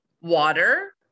Water